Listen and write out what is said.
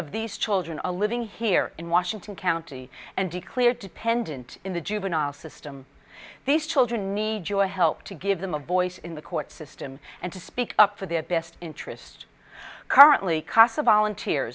of these children are living here in washington county and to clear dependent in the juvenile system these children need your help to give them a voice in the court system and to speak up for their best interest currently casa volunteer